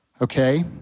Okay